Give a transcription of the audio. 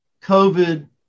COVID